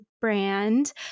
brand